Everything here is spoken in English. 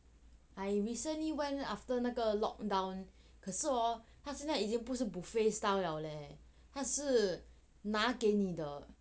I recently went after 那个 locked down 可是他现在已经不是 buffet style 了咧它是拿给你的